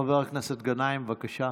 חבר הכנסת גנאים, בבקשה.